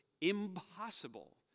impossible